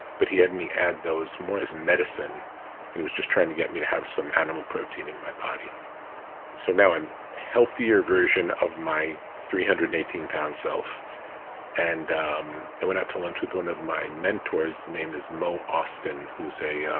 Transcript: but he had me add those more as medicine and he was just trying to get me to have some animal protein in my body so now i'm a healthier version of my three hundred and eighteen pound self and um i went out to lunch with one of my mentors, name is mo austin, who's a, yeah